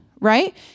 right